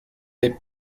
les